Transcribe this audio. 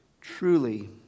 truly